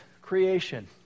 creation